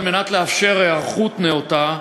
כדי לאפשר היערכות נאותה,